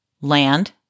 land